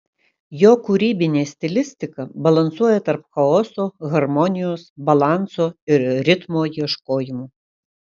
jo kūrybinė stilistika balansuoja tarp chaoso harmonijos balanso ir ritmo ieškojimų